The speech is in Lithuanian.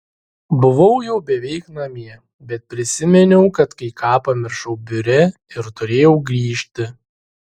buvau jau beveik namie bet prisiminiau kad kai ką pamiršau biure ir turėjau grįžti